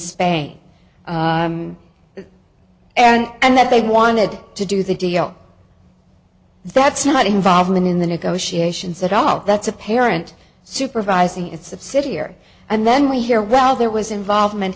spain and that they wanted to do the deal that's not involvement in the negotiations at all that's apparent supervising it's of city here and then we hear well there was involvement